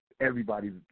everybody's